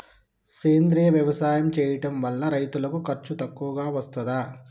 సేంద్రీయ వ్యవసాయం చేయడం వల్ల రైతులకు ఖర్చు తక్కువగా వస్తదా?